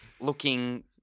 looking